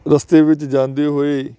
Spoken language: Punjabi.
ਰਸਤੇ ਵਿੱਚ ਜਾਂਦੇ ਹੋਏ